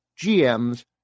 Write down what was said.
GMs